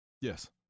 Yes